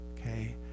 okay